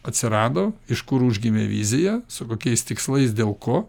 atsirado iš kur užgimė vizija su kokiais tikslais dėl ko